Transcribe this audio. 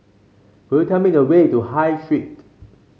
could you tell me the way to High Street